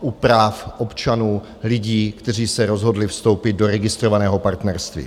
u práv občanů, lidí, kteří se rozhodli vstoupit do registrovaného partnerství.